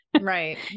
Right